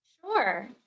Sure